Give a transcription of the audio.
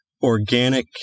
organic